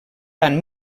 tant